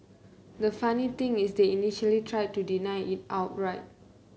the funny thing is they initially tried to deny it outright